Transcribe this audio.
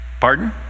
Pardon